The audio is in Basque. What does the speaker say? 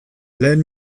lehen